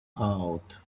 out